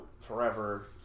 forever